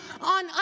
on